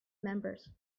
members